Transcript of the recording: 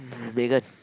um Megan